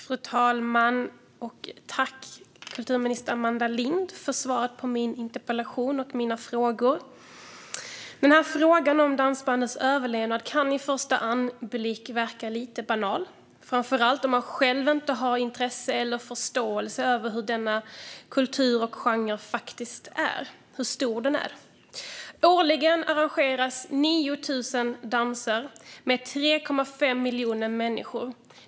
Fru talman! Tack, kulturminister Amanda Lind, för svaret på min interpellation! Frågan om dansbandens överlevnad kan vid en första anblick verka lite banal, framför allt om man själv inte har intresse eller förståelse för hur stor denna kultur och genre faktiskt är. Årligen arrangeras 9 000 danser med 3,5 miljoner människor.